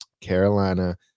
Carolina